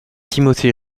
timothy